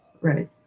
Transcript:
Right